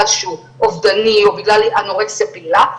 שהוא אובדני או בגלל אנורקסיה פעילה,